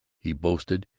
he boasted,